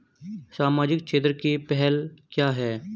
सामाजिक क्षेत्र की पहल क्या हैं?